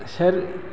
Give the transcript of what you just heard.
सेर